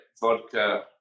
vodka